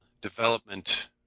development